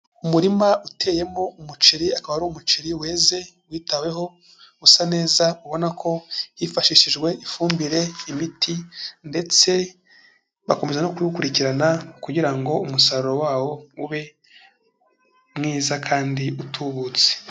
Umurima uteyemo umuceri, akaba ari umuceri weze, witaweho usa neza, ubona ko hifashishijwe ifumbire, imiti ndetse bakomeza no kuwukurikirana kugira ngo umusaruro wawo ube mwiza kandi utubutse.